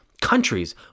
Countries